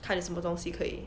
看什么东西可以